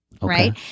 right